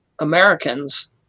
Americans